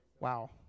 Wow